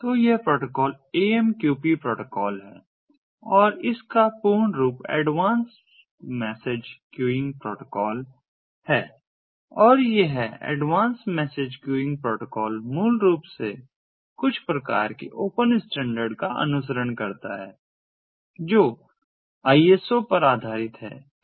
तो यह protocol AMQP protocol है और इसका पूर्ण रूप एडवांस्ड मैसेज क्यूइंग प्रोटोकॉल है और यह एडवांस्ड मैसेज क्यूइंग प्रोटोकॉल मूल रूप से कुछ प्रकार के ओपन स्टैंडर्ड का अनुसरण करता है जो आई एस ओ पर आधारित है